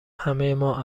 همهما